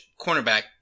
cornerback